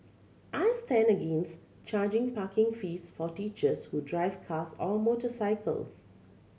I stand against charging parking fees for teachers who drive cars or motorcycles